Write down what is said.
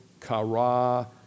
kara